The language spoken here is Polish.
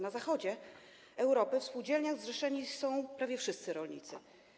Na zachodzie Europy w spółdzielniach zrzeszeni są prawie wszyscy rolnicy.